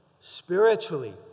spiritually